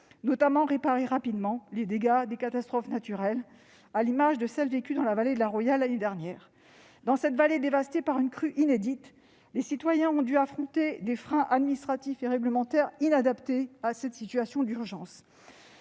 notamment réparer rapidement les dégâts provoqués par les catastrophes naturelles, à l'instar de celle qui est survenue dans la vallée de la Roya l'année dernière. Dans cette vallée dévastée par une crue inédite, les citoyens se sont heurtés à des freins administratifs et réglementaires inadaptés face à une situation d'urgence.